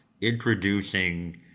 introducing